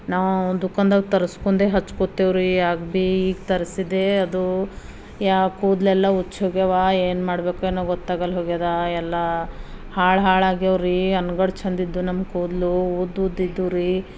ನಾವು ದುಖಾನ್ದಾಗ ತರಿಸ್ಕೊಂಡೆ ಹಚ್ಕೋತೀವಿ ರೀ ಆಗ ಭೀ ಈಗ ತರಿಸ್ದೆ ಅದು ಯಾ ಕೂದಲೆಲ್ಲ ಉಚ್ಚ್ ಹೋಗ್ಯವ ಏನು ಮಾಡ್ಬೇಕೇನೋ ಗೊತ್ತಾಗಲ್ಲ ಹೋಗ್ಯದ ಎಲ್ಲ ಹಾಳು ಹಾಳಾಗ್ಯಾವ ರೀ ಅನ್ಗಡ ಚೆಂದಿದ್ದು ನಮ್ಮ ಕೂದಲು ಉದ್ದುದ್ದ ಇದ್ದವ್ ರೀ